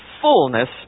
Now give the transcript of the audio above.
fullness